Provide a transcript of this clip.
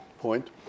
point